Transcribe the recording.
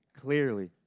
clearly